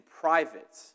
private